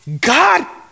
God